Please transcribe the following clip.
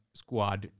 squad